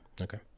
Okay